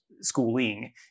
schooling